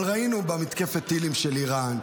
אבל ראינו במתקפת הטילים של איראן,